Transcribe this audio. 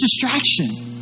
distraction